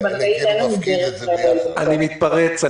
אני מתפרץ.